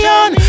on